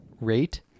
rate